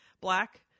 black